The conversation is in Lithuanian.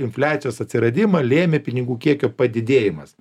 infliacijos atsiradimą lėmė pinigų kiekio padidėjimas